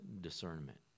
discernment